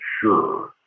sure